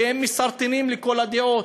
שהם מסרטנים לכל הדעות,